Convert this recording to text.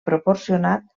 proporcionat